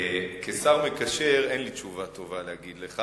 כשר המקשר אין לי תשובה טובה לתת לך,